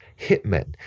hitmen